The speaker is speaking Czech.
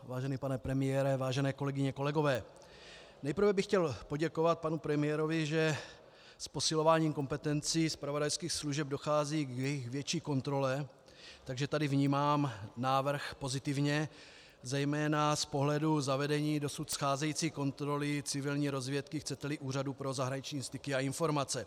Vážený pane premiére, vážené kolegyně, kolegové, nejprve bych chtěl poděkovat panu premiérovi, že s posilováním kompetencí zpravodajských služeb dochází k jejich větší kontrole, takže tady vnímám návrh pozitivně, zejména z pohledu zavedení dosud scházející kontroly civilní rozvědky, chceteli Úřadu pro zahraniční styky a informace.